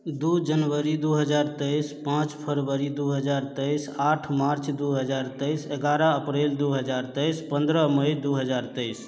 दौ जनवरी दौ हज़ार तेईस पाँच फरवरी दौ हज़ार तेईस आठ मार्च दौ हज़ार तेईस ग्यारह अप्रैल दौ हज़ार तेईस पंद्रह मई दौ हज़ार तेईस